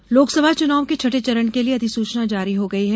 अधिसूचना लोकसभा चुनाव के छठे चरण के लिए अधिसूचना जारी हो गयी है